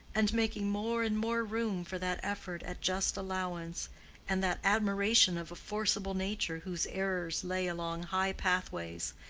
and making more and more room for that effort at just allowance and that admiration of a forcible nature whose errors lay along high pathways,